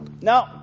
No